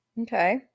okay